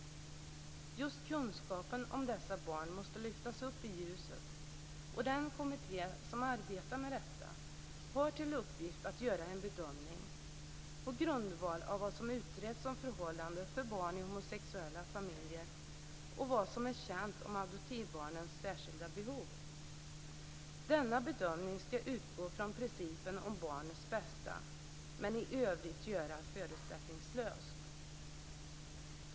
Just kunskapen om dessa barn måste lyftas upp i ljuset, och den kommitté som arbetar med detta har bl.a. till uppgift att göra en bedömning på grundval av vad som utretts om förhållandena för barn i homosexuella familjer och av vad som är känt om adoptivbarns särskilda behov. Denna bedömning ska utgå från principen om barnets bästa men i övrigt göras förutsättningslöst.